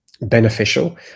beneficial